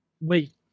Wait